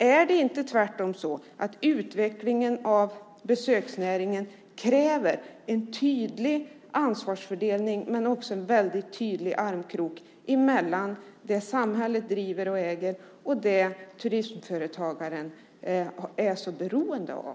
Är det inte tvärtom så att utvecklingen av besöksnäringen kräver en tydlig ansvarsfördelning men också en väldigt tydlig armkrok mellan det som samhället driver och äger och det som turistföretagaren är så beroende av?